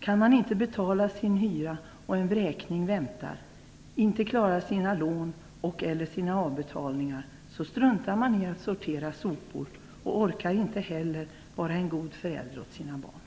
Kan man inte betala sin hyra och en vräkning väntar, och om man inte klarar sina lån eller avbetalningar, så struntar man i att sortera sopor och orkar inte heller vara en god förälder för sina barn.